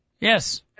Yes